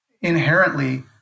inherently